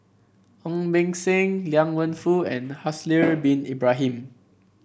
Ong Beng Seng Liang Wenfu and Haslir Bin Ibrahim